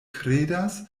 kredas